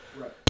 right